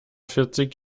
vierzig